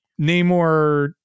Namor